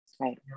Right